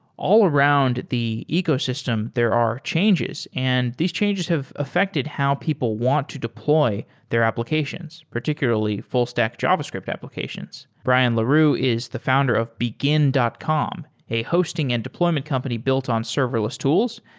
all around the ecosystem, there are changes and these changes have affected how people want to deploy their applications, particularly full stack javascript applications brian leroux is the founder of begin dot com, a hosting and deployment company built on serverless tools.